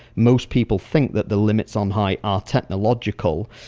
most people think that the limits on height are technological,